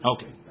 Okay